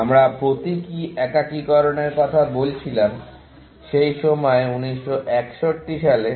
আমরা প্রতীকী একীকরণের কথা বলেছিলাম সেই সময়ে 1961 সালে